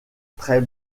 très